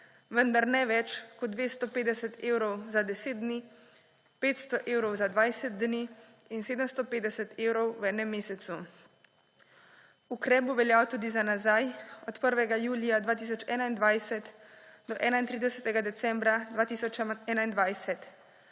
vendar ne več kot 250 evrov za 10 dni, 500 evrov za 20 dni in 750 evrov v enem mesecu. Ukrep bo veljal tudi za nazaj, od 1. julija 2021 do 31. decembra 2021.